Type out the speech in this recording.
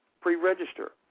pre-register